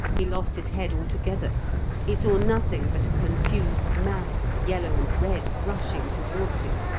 he lost his head altogether he saw nothing but a confused mass of yellow and red rushing towards him,